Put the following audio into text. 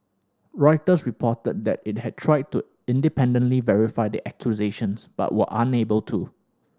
Reuters reported that it had tried to independently verify the accusations but were unable to